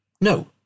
no